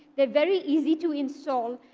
they're very easy to install.